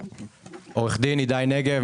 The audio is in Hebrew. עו"ד הידי נגב,